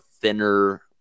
thinner